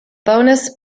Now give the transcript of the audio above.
bonus